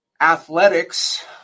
athletics